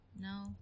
no